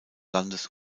landes